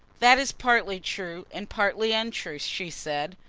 that is partly true and partly untrue, she said.